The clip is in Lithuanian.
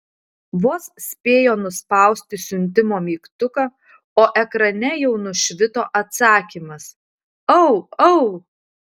vos spėjo nuspausti siuntimo mygtuką o ekrane jau nušvito atsakymas au au